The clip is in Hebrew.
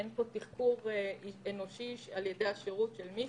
אין פה תחקור אנושי על ידי השירות של מישהו.